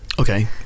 Okay